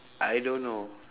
I don't know